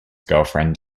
girlfriend